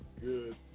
good